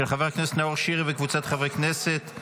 של חבר הכנסת נאור שירי וקבוצת חברי הכנסת.